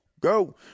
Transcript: go